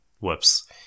Whoops